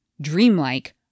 dreamlike